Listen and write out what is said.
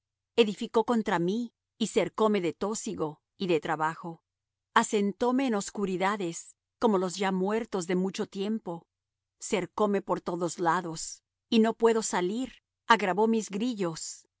edificó contra mí y cercóme de tósigo y de trabajo asentóme en oscuridades como los ya muertos de mucho tiempo cercóme por todos lados y no puedo salir agravó mis grillos